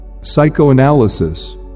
Psychoanalysis